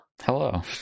Hello